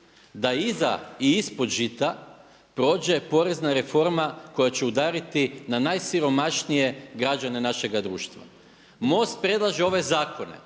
da iza i ispod žita prođe porezna reforma koja će udariti na najsiromašnije građane našega društva. MOST predlaže ove zakone